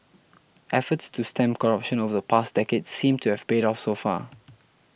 efforts to stem corruption over the past decade seem to have paid off so far